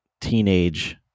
teenage